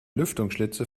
lüftungsschlitze